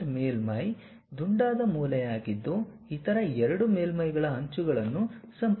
fillet ಮೇಲ್ಮೈ ದುಂಡಾದ ಮೂಲೆಯಾಗಿದ್ದು ಇತರ ಎರಡು ಮೇಲ್ಮೈಗಳ ಅಂಚುಗಳನ್ನು ಸಂಪರ್ಕಿಸುತ್ತದೆ